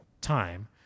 time